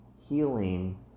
healing